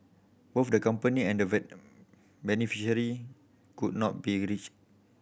both the company and beneficiary could not be reached